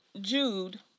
Jude